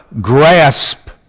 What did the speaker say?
grasp